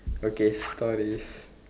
okay stories